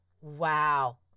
Wow